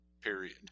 period